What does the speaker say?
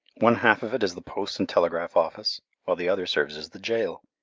one half of it is the post and telegraph office, while the other serves as the jail.